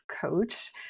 coach